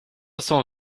cent